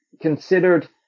considered